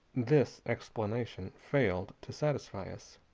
this explanation failed to satisfy us.